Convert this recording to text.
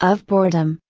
of boredom,